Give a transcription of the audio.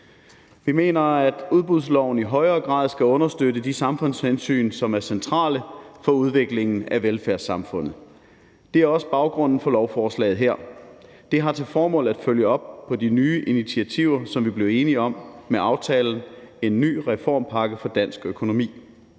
Vi mener, at udbudsloven i højere grad skal understøtte de samfundshensyn, som er centrale for udviklingen af velfærdssamfundet. Det er også baggrunden for lovforslaget her. Det har til formål at følge op på de nye initiativer, som vi blev enige om med aftalen »En ny reformpakke for dansk økonomi«.